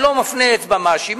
ואני לא מפנה אצבע מאשימה,